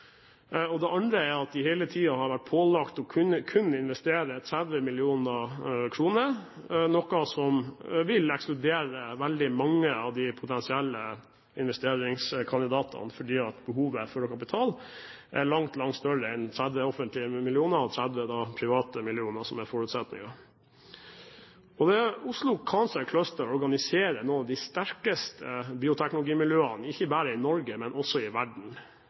Det er andre er at de hele tiden har vært pålagt kun å investere 30 mill. kr, noe som vil ekskludere veldig mange av de potensielle investeringskandidatene, fordi behovet her for kapital er langt, langt større enn 30 offentlige millioner – og da 30 private millioner, som er forutsetningen. Oslo Cancer Cluster organiserer noen av de sterkeste bioteknologimiljøene, ikke bare i Norge, men også i verden.